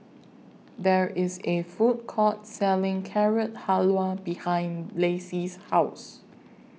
There IS A Food Court Selling Carrot Halwa behind Lacey's House